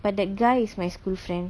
but that guy is my school friend